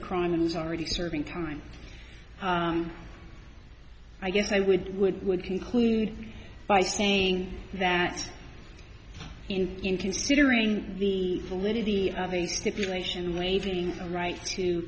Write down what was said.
a crime and was already serving time i guess i would would would conclude by saying that in in considering the validity of the stipulation waiving the right to